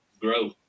grow